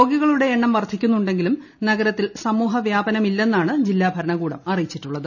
രോഗികളുടെ എണ്ണം അതേസമയം വർധിക്കുന്നുണ്ടെങ്കിലും നഗരത്തിൽ സമൂവ്യാപനമില്ലെന്നാണ് ജില്ലാ ഭരണകൂടം അറിയിച്ചിട്ടുള്ളത്